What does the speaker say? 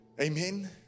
Amen